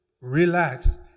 relax